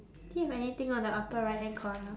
do you have anything on the upper right hand corner